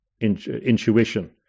intuition